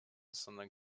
sondern